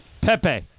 Pepe